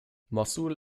mossul